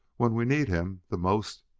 when we need him the most,